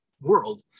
world